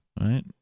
right